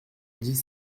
dix